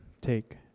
take